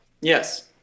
yes